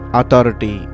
authority